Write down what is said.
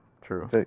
true